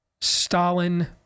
Stalin